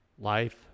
life